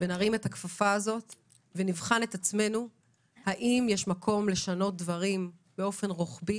נרים את הכפפה ונבחן את עצמנו האם יש מקום לשנות דברים באופן רוחבי